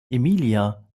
emilia